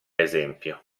esempio